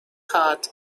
heart